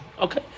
Okay